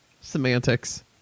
Semantics